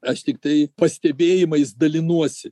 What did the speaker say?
aš tiktai pastebėjimais dalinuosi